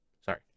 Sorry